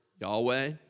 Yahweh